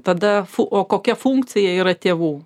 tada fu o kokia funkcija yra tėvų